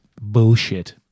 bullshit